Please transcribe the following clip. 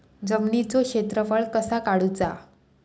जमिनीचो क्षेत्रफळ कसा काढुचा?